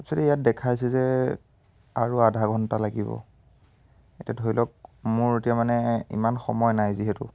actually ইয়াত দেখাইছে যে আৰু আধাঘণ্টা লাগিব এতিয়া ধৰি লওক মোৰ এতিয়া মানে ইমান সময় নাই যিহেতু